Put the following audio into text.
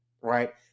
right